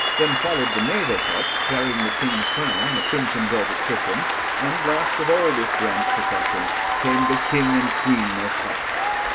then followed the knave of hearts, carrying the king's crown on a crimson velvet cushion and, last of all this grand procession, came the king and queen of hearts.